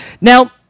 Now